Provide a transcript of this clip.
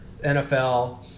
NFL